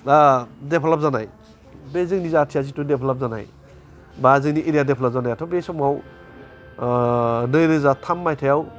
develop जानाय बे जोंनि जाथिया जिथु डेभेलप जानाय बा जोंनि एरिया डेभेलप जानायाथ' बे समाव नैरोजा थाम मायथाइयाव